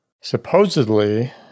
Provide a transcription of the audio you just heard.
Supposedly